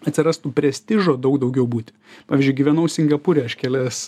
atsirastų prestižo daug daugiau būti pavyzdžiui gyvenau singapūre aš kelias